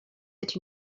êtes